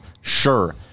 sure